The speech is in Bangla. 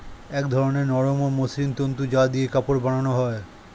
এক ধরনের নরম ও মসৃণ তন্তু যা দিয়ে কাপড় বানানো হয়